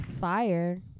fire